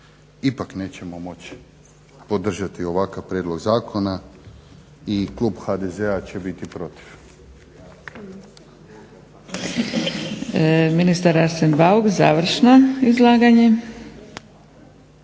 ipak nećemo moći podržati ovakav prijedlog zakona i klub HDZ-a će biti protiv.